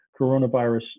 Coronavirus